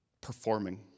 performing